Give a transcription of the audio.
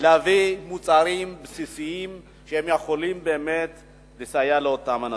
להביא מוצרים בסיסיים שיכולים לסייע לאנשים.